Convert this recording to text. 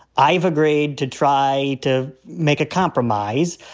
i've agreed to try to make a compromise,